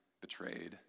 betrayed